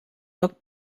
doc